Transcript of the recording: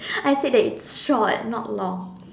I said that it's short not long